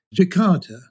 Jakarta